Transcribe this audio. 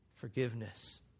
forgiveness